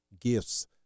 gifts